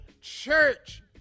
Church